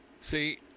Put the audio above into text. See